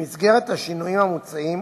במסגרת השינויים המוצעים,